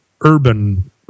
urban